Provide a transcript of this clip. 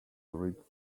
read